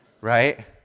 Right